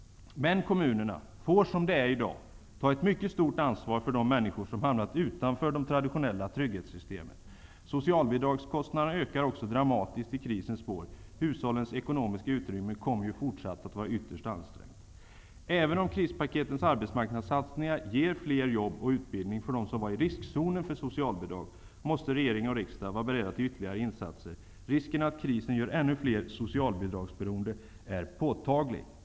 Men kommunerna får som det är i dag ta ett mycket stort ansvar för de människor som hamnat utanför de traditionella trygghetssystemen. Socialbidragskostnaderna ökar också dramatiskt i krisens spår. Hushållens ekonomiska utrymme kommer ju fortsättningsvis att vara ytterst anstängt. Även om krispaketens arbetsmarknadssatsningar ger fler jobb och utbildning för dem som är i riskzonen för socialbidrag, måste regering och riksdag var beredda till ytterligare insatser. Risken att krisen gör ännu fler socialbidragsberoende är påtaglig.